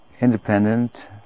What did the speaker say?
independent